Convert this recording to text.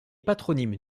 patronymes